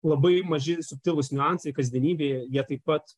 labai maži subtilūs niuansai kasdienybėje jie taip pat